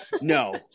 No